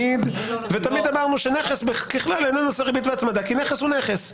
ותמיד אמרנו שנכס ככלל איננו נושא ריבית והצמדה כי נכס הוא נכס.